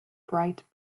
bright